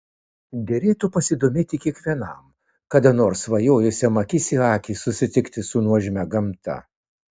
derėtų pasidomėti kiekvienam kada nors svajojusiam akis į akį susitikti su nuožmia gamta